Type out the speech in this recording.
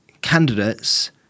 candidates